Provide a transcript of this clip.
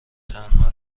تنها